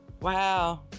Wow